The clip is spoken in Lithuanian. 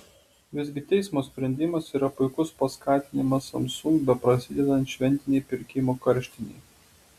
visgi teismo sprendimas yra puikus paskatinimas samsung beprasidedant šventinei pirkimų karštinei